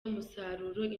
umusaruro